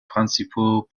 principaux